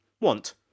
Want